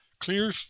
clear